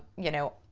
you know,